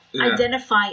identify